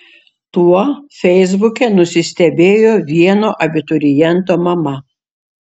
tuo feisbuke nusistebėjo vieno abituriento mama